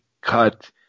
cut